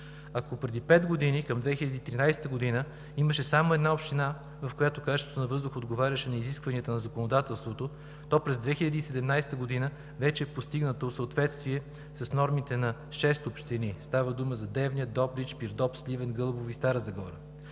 Ако преди пет години, към 2013 г., имаше само една община, в която качеството на въздуха отговаряше на изискванията на законодателството, то през 2017 г. вече е постигнато съответствие с нормите на шест общини. Става дума за Девня, Добрич, Пирдоп, Сливен, Гълъбово и Стара Загора.